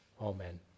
Amen